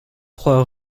trois